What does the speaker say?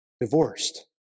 divorced